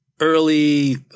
early